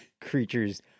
creatures